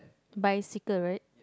bicycle right